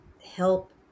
help